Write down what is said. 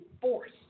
force